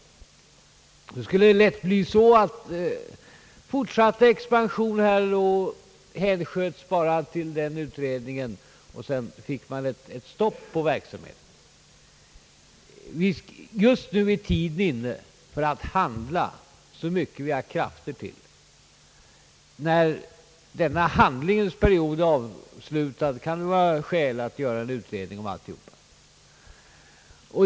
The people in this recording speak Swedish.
Det skulle lätt bli så att frågan om fortsatt expansion bara hänsköts till den utredningen, och sedan fick man ett stopp på verksamheten. Just nu är tiden inne att handla så mycket vi har krafter till. När denna handlingens period är avslutad kan det vara skäl att göra en utredning om alltsammans.